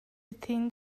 within